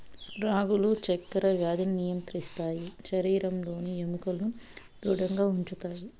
రాగులు చక్కర వ్యాధిని నియంత్రిస్తాయి శరీరంలోని ఎముకలను ధృడంగా ఉంచుతాయి